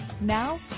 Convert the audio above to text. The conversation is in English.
Now